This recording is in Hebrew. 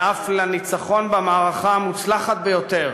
ואף לניצחון במערכה המוצלחת ביותר